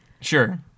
Sure